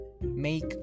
make